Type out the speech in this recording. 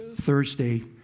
Thursday